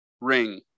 ring